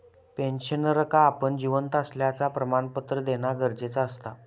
पेंशनरका आपण जिवंत असल्याचा प्रमाणपत्र देना गरजेचा असता